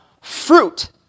fruit